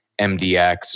MDX